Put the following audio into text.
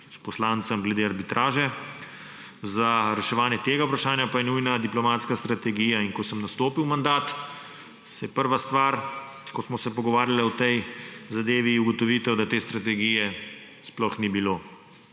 s poslancem, glede arbitraže. Za reševanje tega vprašanja pa je nujna diplomatska strategija. Ko sem nastopil mandat, je bila prva star, ko smo se pogovarjali o tej zadevi, ugotovitev, da te strategije sploh ni bilo.